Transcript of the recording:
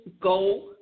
Goal